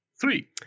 three